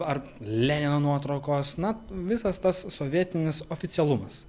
ar lenino nuotraukos na visas tas sovietinis oficialumas